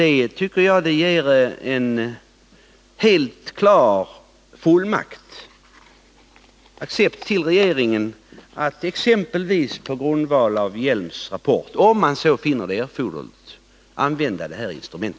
Det tycker jag ger en helt klar fullmakt, en accept, till regeringen att exempelvis på grundval av Hjelms rapport, om man så finner erforderligt, använda detta instrument.